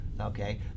Okay